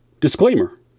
Disclaimer